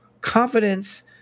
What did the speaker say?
confidence